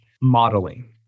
Modeling